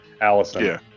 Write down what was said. Allison